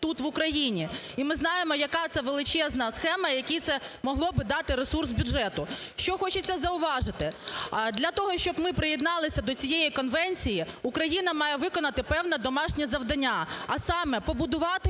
тут, в Україні. І ми знаємо, яка це величезна схема, який це могло би дати ресурс бюджету. Що хочеться зауважити. Для того, щоб ми приєдналися до цієї конвенції, Україна має виконати певне домашнє завдання, а саме: побудувати